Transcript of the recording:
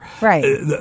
Right